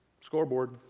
Scoreboard